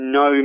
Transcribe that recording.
no